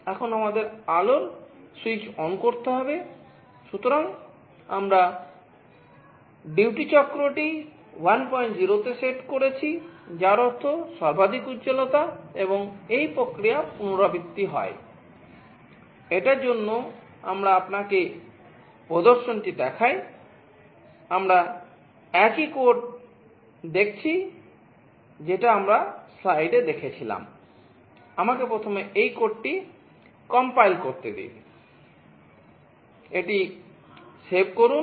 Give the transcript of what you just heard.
এখন আমাদের আলোর স্যুইচ অন করুন